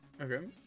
okay